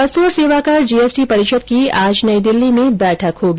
वस्तु और सेवा कर जी एस टी परिषद की आज नई दिल्ली में बैठक होगी